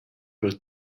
per